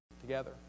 together